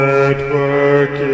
Network